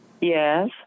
yes